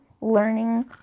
learning